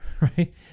right